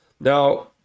now